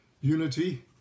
unity